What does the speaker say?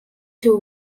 two